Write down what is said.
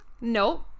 no